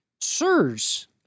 sirs